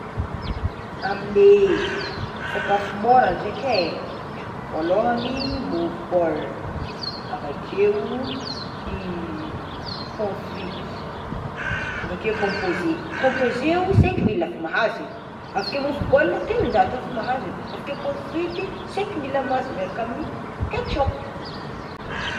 Amle sakafo môra ndraiky voalohany mofo baolina avakeo i pomme frity avakeo composé, composé cinq mille afa mahazo e, avakeo mofo baolina telonjato efa mahazo, avakeo pomme frity cinq mille mahazo miaraka amin'ny ketchup.